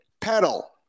pedal